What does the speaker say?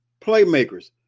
playmakers